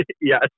Yes